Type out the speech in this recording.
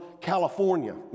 California